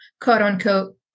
quote-unquote